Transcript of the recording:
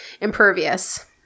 impervious